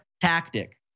tactic